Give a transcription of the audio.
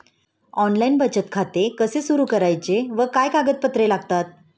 Online बचत खाते कसे सुरू करायचे व काय कागदपत्रे लागतात?